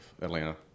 Atlanta